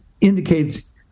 indicates